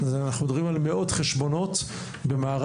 אנחנו מדברים על מאות חשבונות במערב